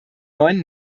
neuen